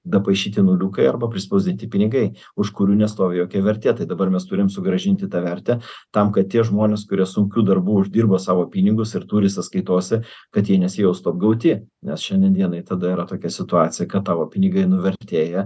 dapaišyti nuliukai arba prispausdinti pinigai už kurių nestovi jokia vertė tai dabar mes turim sugrąžinti tą vertę tam kad tie žmonės kurie sunkiu darbu uždirbo savo pinigus ir turi sąskaitose kad jie nesijaustų apgauti nes šiandien dienai tada yra tokia situacija kad tavo pinigai nuvertėja